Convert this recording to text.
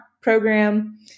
Program